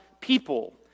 people